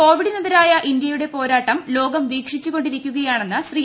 കോവിഡിനെതിരായ ഇന്ത്യയുടെ പോരാട്ടം ലോകം വീക്ഷിച്ചുകൊണ്ടിരിക്കുകയാണെന്ന് ശ്രീ